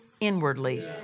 inwardly